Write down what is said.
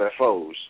UFOs